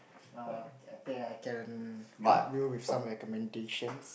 err okay I can help you with some recommendation